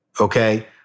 okay